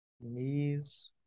Knees